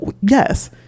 yes